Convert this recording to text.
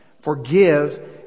Forgive